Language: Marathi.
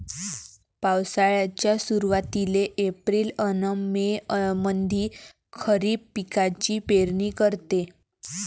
पावसाळ्याच्या सुरुवातीले एप्रिल अन मे मंधी खरीप पिकाची पेरनी करते